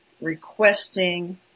requesting